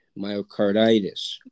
myocarditis